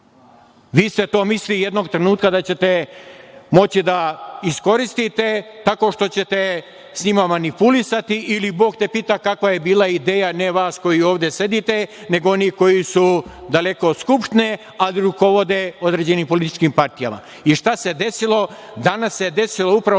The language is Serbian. ste to mislili jednog trenutka da ćete moći da iskoristite tako što ćete sa njima manipulisati ili Bog te pita kakva je bila ideja, ne vas koji ovde sedite, nego onih koji su daleko od Skupštine, ali rukovode određenim političkim partijama. I šta se desilo? Danas se desilo upravo